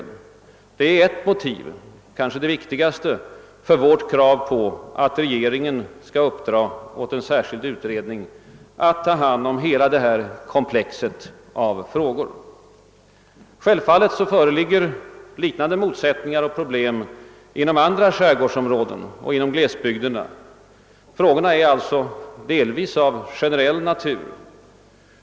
Detta är ett motiv — och kanske det viktigaste — för vårt krav att regeringen skall uppdra åt en särskild utredning att ta hand om hela detta komplex av frågor. Självfallet föreligger liknande motsättningar och problem inom andra skärgårdsområden och glesbygder. Frågorna är sålunda delvis av generell natur.